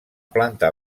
planta